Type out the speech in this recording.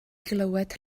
glywed